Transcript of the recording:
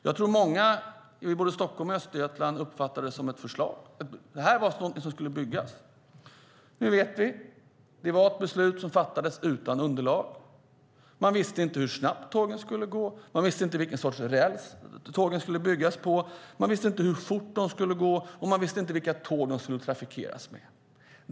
Jag tror att många i både Stockholm och Östergötland uppfattade det som ett förslag. Det var någonting som skulle byggas. Nu vet vi att det var ett beslut som fattades utan underlag. Man visste inte hur snabbt tågen skulle gå. Man visste inte vilken sorts räls som skulle byggas för tågen. Man visste inte hur fort det skulle gå. Man visste inte vilka tåg som banan skulle trafikeras med.